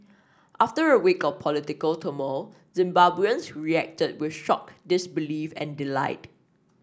after a week of political turmoil Zimbabweans reacted with shock disbelief and delight